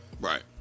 Right